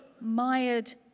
mired